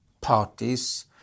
parties